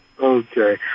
Okay